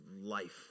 life